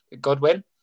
Godwin